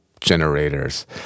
generators